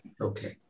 Okay